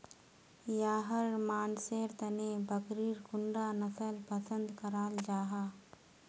याहर मानसेर तने बकरीर कुंडा नसल पसंद कराल जाहा?